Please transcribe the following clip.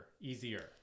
easier